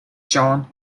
john